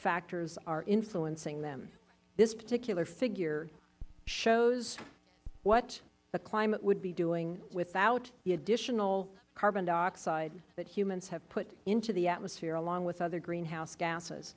factors are influencing them this particular figure shows what the climate would be doing without the additional carbon dioxide that humans have put into the atmosphere along with other greenhouse gases